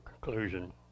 conclusion